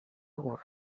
gurb